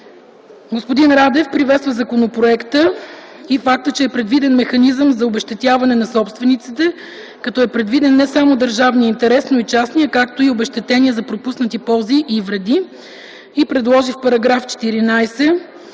Господин Радев приветства, че в законопроекта е предвиден механизъм за обезщетяване на собствениците, като е предвиден не само държавният интерес, но и частния, както и обезщетения за пропуснати ползи и вреди. Предложи в § 14,